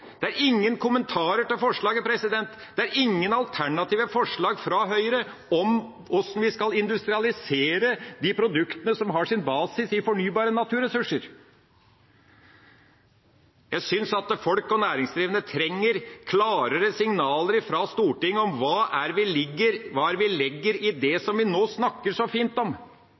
Det er ingen kommentarer til forslaget. Det er ingen alternative forslag fra Høyre om hvordan vi skal industrialisere de produktene som har sin basis i fornybare naturressurser. Jeg synes at folk og næringsdrivende trenger klarere signaler fra Stortinget om hva det er vi legger i det som vi